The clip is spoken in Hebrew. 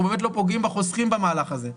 באמת לא פוגעים בחוסכים במהלך הזה,